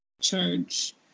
charge